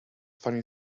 funny